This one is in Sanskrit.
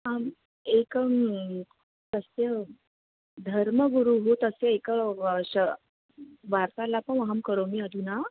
आम् एकं तस्य धर्मगुरुः तस्य एका श वार्तालापम् अहं करोमि अधुना